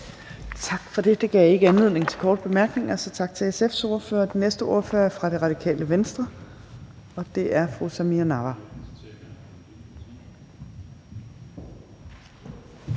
Tak for det. Det gav ikke anledning til korte bemærkninger, så tak til SF's ordfører. Den næste ordfører er fra Radikale Venstre, og det er fru Samira Nawa.